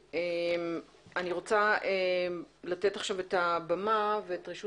אני רוצה לתת עכשיו את הבמה ואת רשות